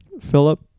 Philip